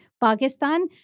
Pakistan